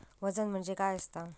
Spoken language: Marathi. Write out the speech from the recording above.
वजन म्हणजे काय असता?